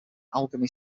allegheny